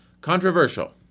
controversial